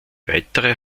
weitere